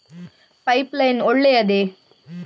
Pipe line ಒಳ್ಳೆಯದೇ?